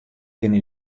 kinne